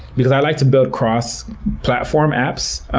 because i like to build cross-platform apps.